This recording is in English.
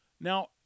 Now